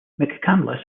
mccandless